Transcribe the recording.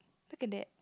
look at that